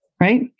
right